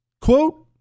Quote